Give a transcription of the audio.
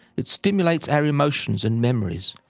it stimulates our emotions and memories,